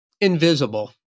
invisible